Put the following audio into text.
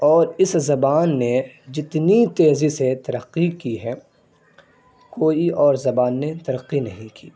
اور اس زبان نے جتنی تیزی سے ترقی کی ہے کوئی اور زبان نے ترقی نہیں کی